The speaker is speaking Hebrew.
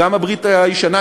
גם הברית הישנה,